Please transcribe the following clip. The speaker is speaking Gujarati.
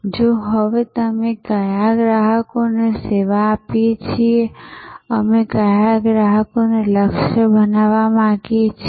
તો હવે અમે કયા ગ્રાહકોને સેવા આપીએ છીએ અને અમે કયા ગ્રાહકોને લક્ષ્ય બનાવવા માંગીએ છીએ